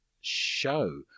show